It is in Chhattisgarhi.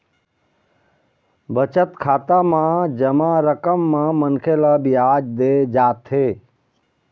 बचत खाता म जमा रकम म मनखे ल बियाज दे जाथे